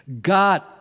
God